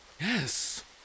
Yes